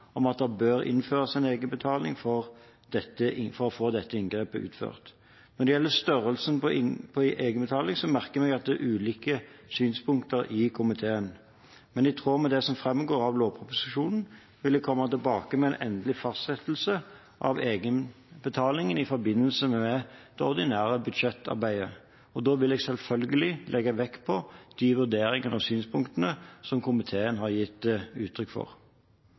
om at det bør innføres en egenbetaling for å få dette inngrepet utført. Når det gjelder størrelsen på egenbetalingen, merker jeg meg at det er ulike synspunkter i komiteen. I tråd med det som framgår av lovproposisjonen, vil jeg komme tilbake til endelig fastsettelse av egenbetalingen i forbindelse med det ordinære budsjettarbeidet. Da vil jeg selvfølgelig legge vekt på de vurderingene og synspunktene komiteen har gitt uttrykk for.